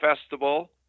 festival